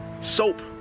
Soap